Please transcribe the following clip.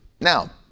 Now